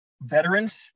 veterans